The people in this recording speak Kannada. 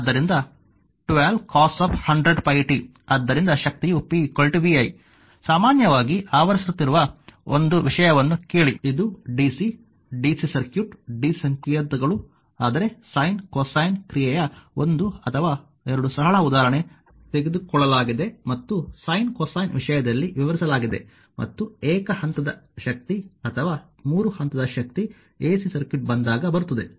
ಆದ್ದರಿಂದ 12 cos 100πt ಆದ್ದರಿಂದ ಶಕ್ತಿಯು p vi ನಾವು ಸಾಮಾನ್ಯವಾಗಿ ಆವರಿಸುತ್ತಿರುವ ಒಂದು ವಿಷಯವನ್ನು ಕೇಳಿ ಇದು ಡಿಸಿ ಡಿಸಿ ಸರ್ಕ್ಯೂಟ್ ಡಿಸಿ ಸಂಕೇತಗಳು ಆದರೆ ಸೈನ್ ಕೊಸೈನ್ ಕ್ರಿಯೆಯ ಒಂದು ಅಥವಾ ಎರಡು ಸರಳ ಉದಾಹರಣೆ ತೆಗೆದುಕೊಳ್ಳಲಾಗಿದೆ ಮತ್ತು ಸೈನ್ ಕೊಸೈನ್ ವಿಷಯದಲ್ಲಿ ವಿವರಿಸಲಾಗಿದೆ ಮತ್ತು ಏಕ ಹಂತದ ಶಕ್ತಿ ಅಥವಾ 3 ಹಂತದ ಶಕ್ತಿ ಎಸಿ ಸರ್ಕ್ಯೂಟ್ ಬಂದಾಗ ಬರುತ್ತದೆ